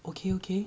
okay okay